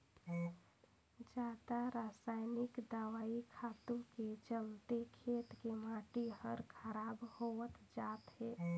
जादा रसायनिक दवई खातू के चलते खेत के माटी हर खराब होवत जात हे